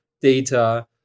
data